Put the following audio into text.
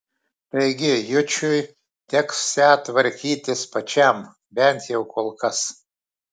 taigi jučui teksią tvarkytis pačiam bent jau kol kas